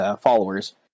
followers